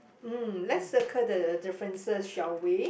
mm lets circle the differences shall we